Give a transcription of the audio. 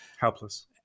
helpless